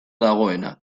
dagoena